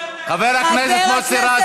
חבר הכנסת מוסי רז,